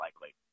likely